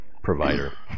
provider